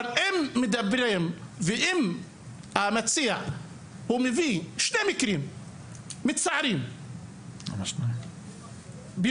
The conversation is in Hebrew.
אם מדברים ואם המציע מביא שני מקרים מצערים בירושלים,